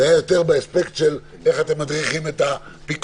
זה היה יותר באספקט של איך אתם מדריכים את הפיקוח,